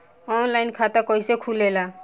Online खाता कइसे खुलेला?